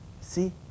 See